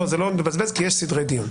לא, זה לא מבזבז, כי יש סדרי דיון.